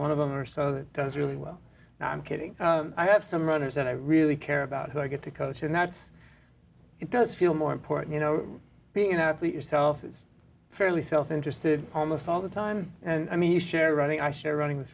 one of them or so that does really well i'm kidding i have some runners and i really care about who i get to coach and that's it does feel more important you know being an athlete yourself it's fairly self interested almost all the time and i mean you share running i share running with